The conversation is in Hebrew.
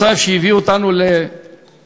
מצב שהביא אותנו למהומה